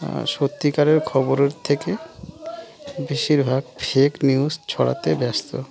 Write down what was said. সত্যিকারের খবরের থেকে বেশিরভাগ ফেক নিউজ ছড়াতে ব্যস্ত